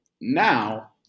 now